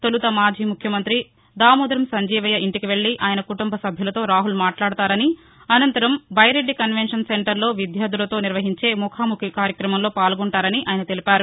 తొలుత మాజీ ముఖ్యమంత్రి దామోదరం సంజీవయ్య ఇంటికి వెళ్లి ఆయన కుటుంబసభ్యులతో రాహుల్ మాట్లాడతారనిఅనంతరం బైరెడ్డి కన్వెన్షన్ సెంటర్లో విద్యార్టలతో నిర్వహించే ముఖాముఖి కార్యక్రమంలో పాల్గొంటారని ఆయన తెలిపారు